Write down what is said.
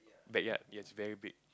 backyard yes very big